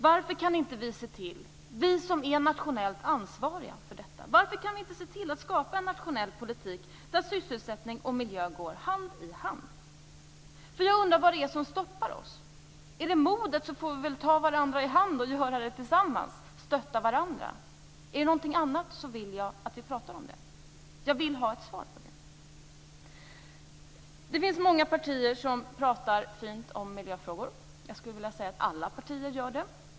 Varför kan inte vi som är nationellt ansvariga för detta se till att skapa en nationell politik där sysselsättning och miljö går hand i hand. Jag undrar vad det är som stoppar oss. Är det modet får vi väl ta varandra i hand och göra det tillsammans, stötta varandra. Är det någonting annat vill jag att vi pratar om det. Jag vill ha ett svar. Det finns många partier som pratar fint om miljöfrågor. Jag skulle vilja säga att alla partier gör det.